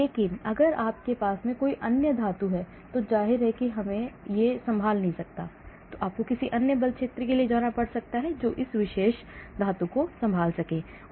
लेकिन अगर आपके पास कुछ अन्य धातु है तो जाहिर है कि यह संभाल नहीं सकता है आपको किसी अन्य बल क्षेत्र के लिए जाना पड़ सकता है जो उस विशेष धातु को संभाल सकता है